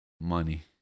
money